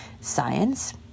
Science